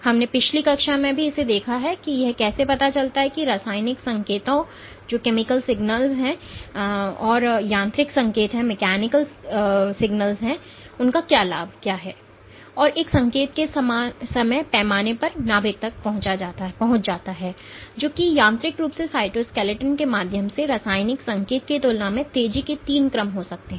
हमने पिछली कक्षा में भी इसे देखा है कि यह कैसे पता चलता है कि रासायनिक संकेतों बनाम यांत्रिक संकेतों का लाभ क्या है और एक संकेत के समय पैमाने पर नाभिक तक पहुंच जाता है जो कि यांत्रिक रूप से साइटोसकेलेटन के माध्यम से रासायनिक संकेत की तुलना में तेजी के तीन क्रम हो सकते हैं